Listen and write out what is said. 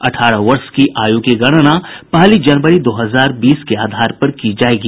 अठारह वर्ष की आयु की गणना पहली जनवरी दो हजार बीस के आधार पर की जायेगी